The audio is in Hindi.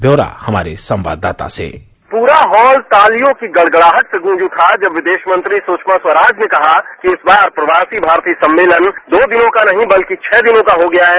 व्यौरा हमारे संवाददाता से पूरा हॉल तालियों की गड़गड़ाहट से गूंज उठा जब विदेश मंत्री सुषमा स्वराज ने कहा कि इस बार प्रवासी भारतीय सम्मलेन दो दिनों नहीं बल्कि छह दिनों का हो गया है